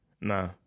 Nah